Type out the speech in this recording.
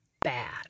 bad